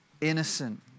innocent